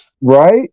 right